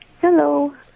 Hello